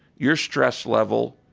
your stress level,